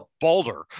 boulder